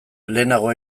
lehenago